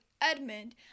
Edmund